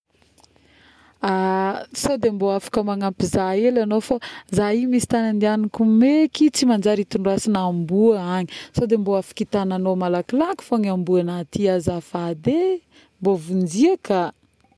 ˂hesitation˃ sôdy mbô afaka magnampy za hely agnao fô, za io misy tagny andiagnako meky tsy manjary tsy itondrasagna amboa agny, sô mbô afaka tagnanao malakilaky amboa-na ity azafady e,mbô vonjeo ka